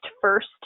first